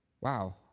wow